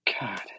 God